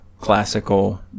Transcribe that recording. classical